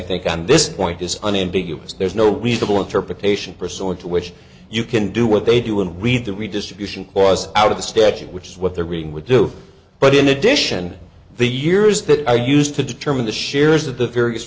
think on this point is unambiguous there's no reasonable interpretation pursuant to which you can do what they do and read the redistribution was out of the statute which is what the reading would do but in addition the years that i used to determine the shares of the various